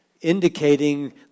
indicating